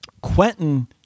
Quentin